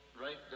right